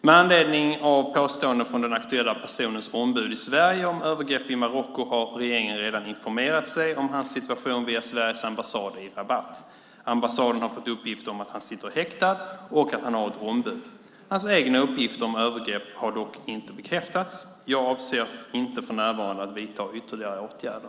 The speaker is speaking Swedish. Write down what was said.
Med anledning av påståenden från den aktuella personens ombud i Sverige om övergrepp i Marocko har regeringen redan informerat sig om hans situation via Sveriges ambassad i Rabat. Ambassaden har fått uppgift om att han sitter häktad och att han har ett ombud. Hans egna uppgifter om övergrepp har dock inte bekräftats. Jag avser inte för närvarande att vidta ytterligare åtgärder.